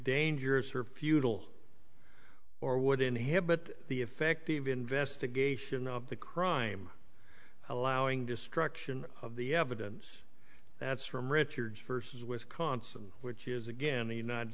dangerous or futile or would inhibit the effective investigation of the crime allowing destruction of the evidence that's from richard versus wisconsin which is again the united